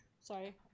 Sorry